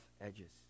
edges